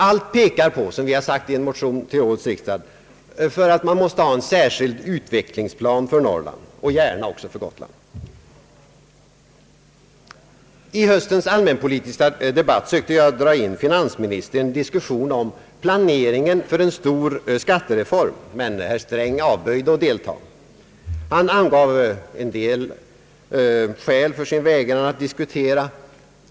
Allt pekar på, som vi sagt i en motion till årets riksdag, att man måste ha en särskild utvecklingsplan för Norrland — och gärna också för Gotland. I höstens allmänpolitiska debatt sökte jag dra in finansministern i en diskussion om planeringen för en stor skattereform, men herr Sträng avböjde att deltaga. Han angav en del skäl för sin vägran att diskutera.